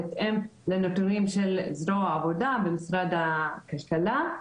בהתאם לנתונים של זרוע העבודה במשרד הכלכלה,